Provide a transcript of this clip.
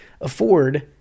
afford